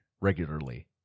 Regularly